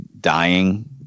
dying